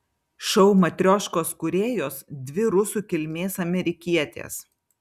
šou matrioškos kūrėjos dvi rusų kilmės amerikietės